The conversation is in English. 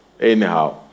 Anyhow